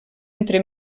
entre